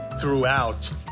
throughout